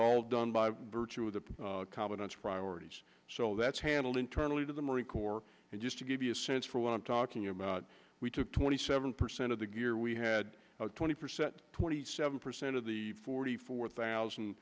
all done by virtue of the competence priorities so that's handled internally to the marine corps and just to give you a sense for what i'm talking about we took twenty seven percent of the gear we had twenty percent twenty seven percent of the forty four thousand